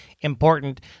important